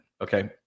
Okay